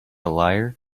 liar